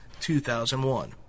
2001